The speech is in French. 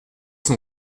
son